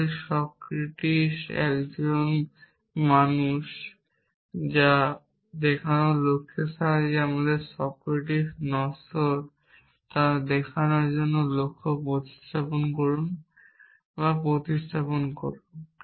তাহলে সক্রেটিক একজন মানুষ দেখানোর লক্ষ্যের সাথে সক্রেটিক নশ্বর তা দেখানোর লক্ষ্য প্রতিস্থাপন করুন বা প্রতিস্থাপন করুন